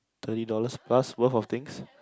thirty dollars plus worth of things